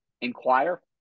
inquire